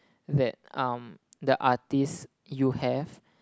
that um the artist you have